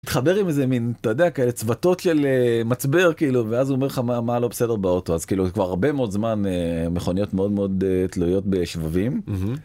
מתחבר עם איזה מין, אתה יודע, כאלה צבתות של מצבר, כאילו, ואז אומר לך מה... מה לא בסדר באוטו. אז כאילו כבר הרבה מאוד זמן מכוניות מאוד מאוד תלויות בשבבים.